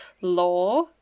law